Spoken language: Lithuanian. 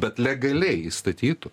bet legaliai įstatytų